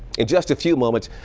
in just a few moments,